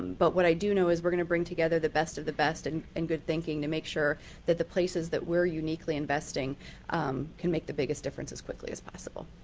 but what i do know is we are going to bring together the best of the best and and good thinking to make sure that the places that we are uniquely investing can make the biggest difference as quickly as possible.